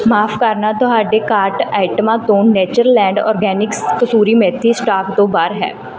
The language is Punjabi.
ਮਾਫ਼ ਕਰਨਾ ਤੁਹਾਡੇ ਕਾਰਟ ਆਈਟਮਾਂ ਤੋਂ Natureland Organics kasuri methi stock ਤੋਂ ਬਾਹਰ ਹੈ